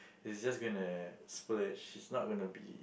he's just gonna splurge it's not gonna be